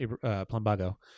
Plumbago